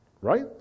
right